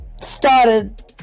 started